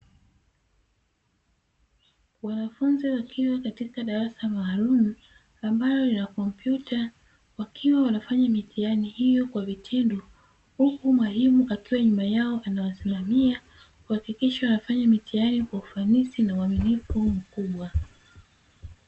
Wanafunzi wakiwa katika darasa maalumu, ambalo lina kompyuta wakiwa wanafanya mitihani hiyo kwa vitendo, huku mwalimu akiwa nyuma yao akiwasimamia kuhakikisha wanafanya mitihani kwa ufanisi na uaminifu mkubwa.